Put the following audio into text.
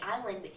island